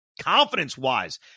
Confidence-wise